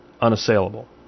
unassailable